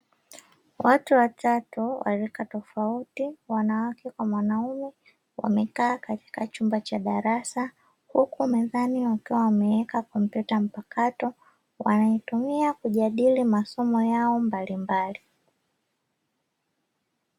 Watu watatu wa rika tofauti wanawake kwa wanaume, wamekaa katika chumba cha darasa, huku mezani wakiwa wameweka kompyuta mpakato wanaitumia kujadili masomo yao mbalimbali.